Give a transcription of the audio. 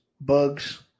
bugs